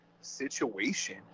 situation